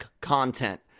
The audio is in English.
content